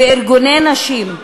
של נשים וארגוני נשים,